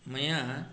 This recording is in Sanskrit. मया